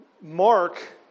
Mark